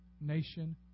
nation